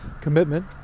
commitment